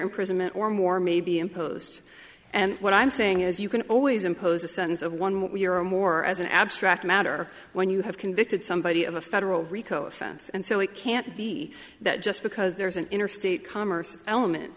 imprisonment or more may be imposed and what i'm saying is you can always impose a sentence of one year or more as an abstract matter when you have convicted somebody of a federal rico offense and so it can't be that just because there is an interstate commerce element